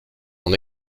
mon